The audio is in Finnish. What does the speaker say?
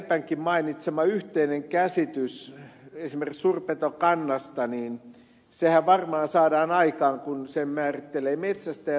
lepänkin mainitsema yhteinen käsitys esimerkiksi suurpetokannasta varmaan saadaan aikaan kun sen määrittelevät metsästäjät